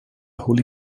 holy